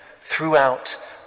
throughout